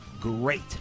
great